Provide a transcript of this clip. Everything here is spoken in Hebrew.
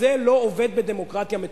וזה לא עובד בדמוקרטיה מתוקנת.